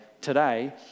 today